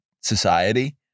society